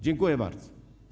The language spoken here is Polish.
Dziękuję bardzo.